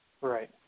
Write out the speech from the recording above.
Right